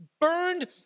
burned